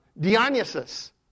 Dionysus